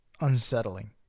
unsettling